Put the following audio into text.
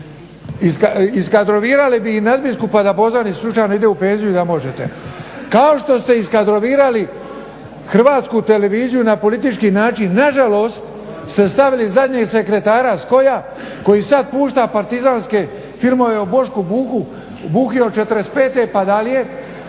Izkadrovirali bi i nadbiskupa da Bozanić slučajno ide u penziju i da možete kao što ste iskadrovirali Hrvatsku televiziju na politički način. Nažalost ste stavili zadnje sekretara SKOJ-a koji sada pušta partizanske filmove o Boški Buhi od '45. pa dalje,